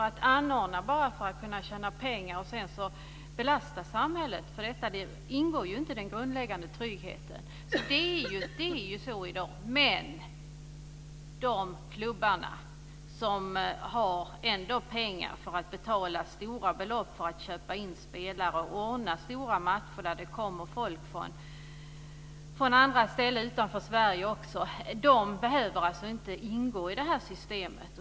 Att anordna bara för att kunna tjäna pengar och sedan belasta samhället ingår inte i den grundläggande tryggheten. Men de klubbar som har pengar för att betala stora belopp för att köpa in spelare och ordna stora matcher där det kommer folk från andra länder behöver inte ingå i systemet.